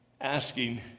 asking